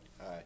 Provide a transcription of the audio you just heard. Hi